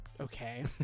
Okay